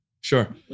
sure